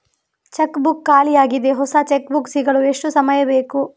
Check book ಖಾಲಿ ಯಾಗಿದೆ, ಹೊಸ ಚೆಕ್ ಬುಕ್ ಸಿಗಲು ಎಷ್ಟು ಸಮಯ ಬೇಕು?